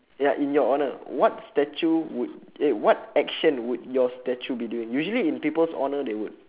ya in your honour what statue would eh what action would your statue be doing usually in people's honour they would